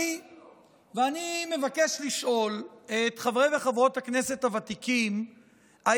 ואני מבקש לשאול את חברי וחברות הכנסת הוותיקים אם